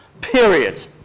period